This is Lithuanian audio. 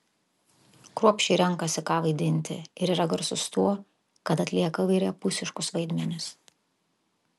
kruopščiai renkasi ką vaidinti ir yra garsus tuo kad atlieka įvairiapusiškus vaidmenis